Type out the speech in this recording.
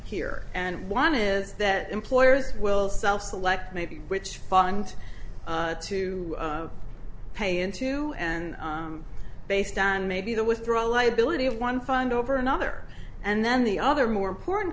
here and one is that employers will self select maybe which fund to pay into and based on maybe the withdrawal liability of one fund over another and then the other more important